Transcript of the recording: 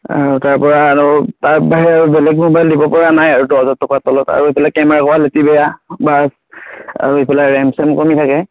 তাৰ পৰা আৰু তাৰ বাহিৰে আৰু বেলেগ মোবাইল দিব পৰা নাই আৰু দহ হাজাৰ টকাৰ তলত আৰু এইবিলাক কেমেৰা কুৱালিটি বেয়া বা এইফালে ৰেম চেম কমি থাকে